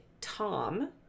Tom